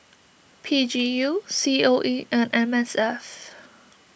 P G U C O E and M S F